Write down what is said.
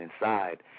inside